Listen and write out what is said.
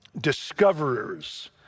discoverers